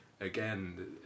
again